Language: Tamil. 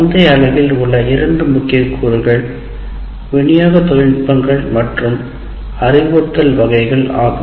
முந்திய பகுதியில் உள்ள இரண்டு முக்கிய கூறுகள் விநியோக தொழில்நுட்பங்கள் மற்றும் அறிவுறுத்தல் வகைகள் ஆகும்